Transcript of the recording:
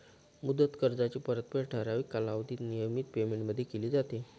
मुदत कर्जाची परतफेड ठराविक कालावधीत नियमित पेमेंटमध्ये केली जाते